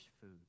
food